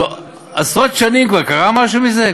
עשרות שנים, קרה משהו מזה?